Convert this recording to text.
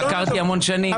חקרתי המון שנים.